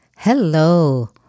Hello